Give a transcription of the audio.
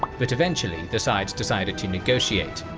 but eventually, the sides decided to negotiate.